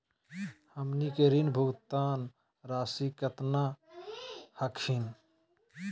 हमनी के ऋण भुगतान रासी केतना हखिन?